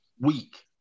week